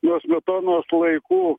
nuo smetonos laikų